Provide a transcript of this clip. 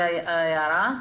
ההערה.